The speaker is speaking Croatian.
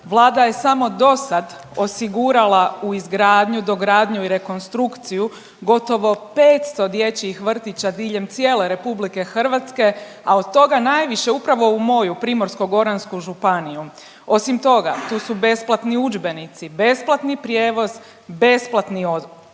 Vlada je samo dosad osigurala u izgradnju, dogradnju i rekonstrukciju gotovo 500 dječjih vrtića diljem cijele RH, a od toga najviše upravo u moju Primorsko-goransku županiju. Osim toga, tu su besplatni udžbenici, besplatni prijevoz, besplatni obrok,